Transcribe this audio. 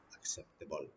acceptable